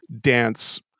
dance